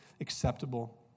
acceptable